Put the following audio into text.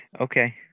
Okay